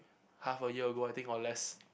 half a year ago I think or less